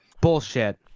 Bullshit